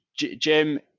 Jim